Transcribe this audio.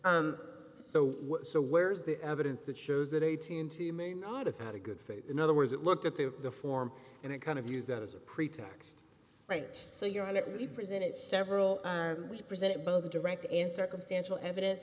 correct so so where's the evidence that shows that eighteen to you may not have had a good food in other words it looked at the form and it kind of used that as a pretext right so you're on it we presented several we presented both direct and circumstantial evidence